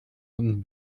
und